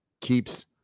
keeps